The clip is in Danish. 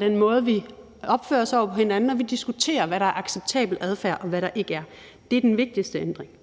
Den måde, vi opfører os over for hinanden på, ændrer sig, og vi diskuterer, hvad der er acceptabel adfærd, og hvad der ikke er. Det er den vigtigste ændring.